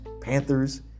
Panthers